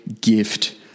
gift